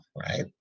right